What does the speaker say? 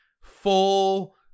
full